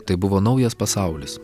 tai buvo naujas pasaulis